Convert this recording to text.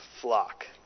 flock